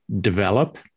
develop